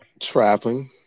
traveling